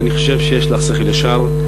ואני חושב שיש לך שכל ישר,